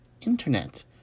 internet